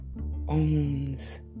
owns